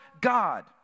God